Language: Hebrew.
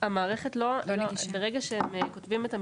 ברגע שכותבים את המרשמים,